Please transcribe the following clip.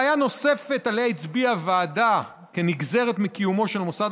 בעיה נוספת שעליה הצביעה הוועדה כנגזרת מקיומו של מוסד